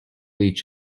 each